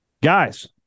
guys